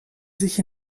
sich